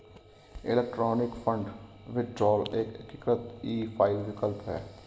electronic fund withdrawal एक एकीकृत e file विकल्प है